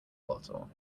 bottle